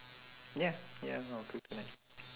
ya ya I'll cook tonight